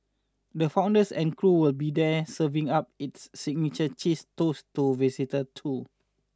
the founders and crew will be there serving up its signature cheese toast to visitor too